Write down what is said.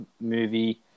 movie